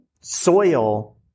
soil